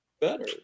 better